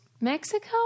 Mexico